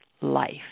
life